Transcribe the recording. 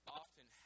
often